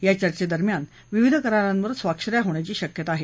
या चर्चेदरम्यान विविध करारांवर स्वाक्ष या होण्याची शक्यता आहे